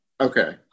Okay